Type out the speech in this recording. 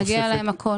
מגיע להם הכול.